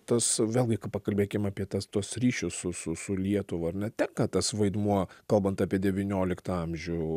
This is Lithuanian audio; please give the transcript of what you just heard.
tas vėlgi pakalbėkim apie tas tuos ryšius su su su lietuva ar ne tenka tas vaidmuo kalbant apie devynioliktą amžių